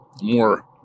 more